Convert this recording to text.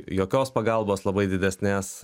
jokios pagalbos labai didesnės